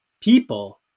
people